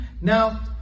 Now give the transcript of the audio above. Now